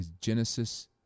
Genesis